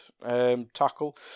tackle